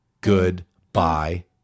Goodbye